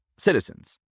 Citizens